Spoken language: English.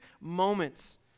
moments